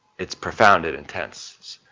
it's profound and intense.